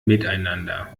miteinander